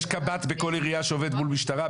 יש קב"ט בכל עירייה שעובד מול משטרה,